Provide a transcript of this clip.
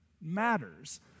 matters